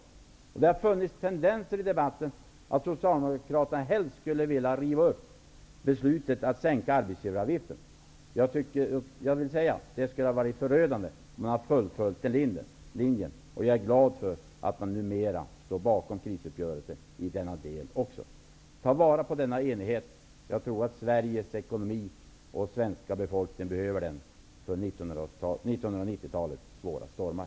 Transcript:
Det har i debatten funnits tendenser till att Socialdemokraterna helst skulle vilja riva upp beslutet att sänka arbetsgivaravgiften. Det skulle ha varit förödande om man hade fullföljt den linjen. Jag är glad för att man numera står bakom krisuppgörelsen även i denna del. Ta vara på denna enighet. Jag tror att Sveriges ekonomi och den svenska befolkningen behöver den för 1990-talets svåra stormar.